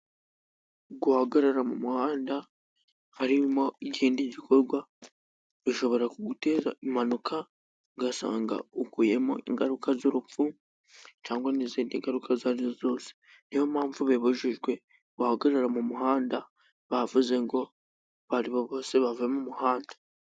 Guhagarara mu muhanda harimo ikindi gikorwa, bishobora kugutera impanuka ,ugasanga ukuyemo ingaruka z'urupfu, cyangwa n'izindi ngaruka izo ari zo zose ,ni yo mpamvu bibujijwe guhagarara mu muhanda, bavuze ngo abo ari bo bose bave mu muhanda.